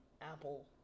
Apple